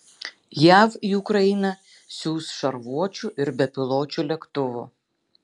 jav į ukrainą siųs šarvuočių ir bepiločių lėktuvų